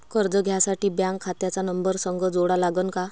कर्ज घ्यासाठी बँक खात्याचा नंबर संग जोडा लागन का?